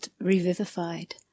revivified